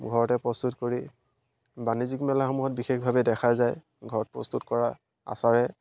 ঘৰতে প্ৰস্তুত কৰি বাণিজ্যিক মেলাসমূহত বিশেষভাৱে দেখা যায় ঘৰত প্ৰস্তুত কৰা আচাৰে